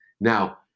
Now